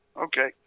okay